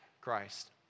Christ